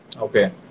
Okay